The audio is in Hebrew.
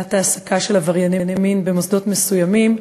למניעת העסקה של עברייני מין במוסדות מסוימים.